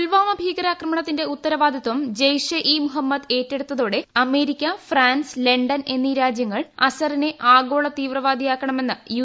പുൽവാര ഭീകരാക്രമണത്തിന്റെ ഉത്തരവാദിയം ജെയ്ഷ് ഇ മുഹമ്മദ് ഏറ്റെടുത്തതോടെ അമേരിക്ക ഫ്രാൻസ് ലണ്ടൻ എന്നീ രാജ്യങ്ങൾ അസറിനെ ആഗോള തീവ്രവാദിയാക്കണമെന്ന് യു